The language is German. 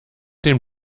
den